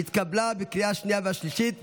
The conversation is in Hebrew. התקבלה בקריאה השנייה והשלישית,